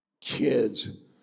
Kids